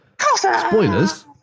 Spoilers